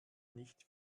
nicht